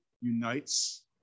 unites